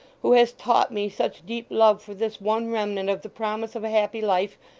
who hast taught me such deep love for this one remnant of the promise of a happy life,